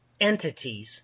entities